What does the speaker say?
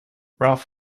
ralph